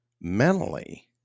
mentally